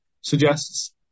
suggests